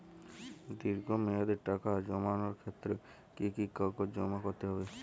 দীর্ঘ মেয়াদি টাকা জমানোর ক্ষেত্রে কি কি কাগজ জমা করতে হবে?